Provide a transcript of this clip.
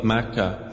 Makkah